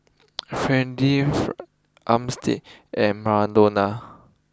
Freeda fur Armstead and Madonna